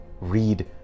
read